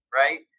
right